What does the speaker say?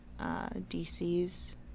DC's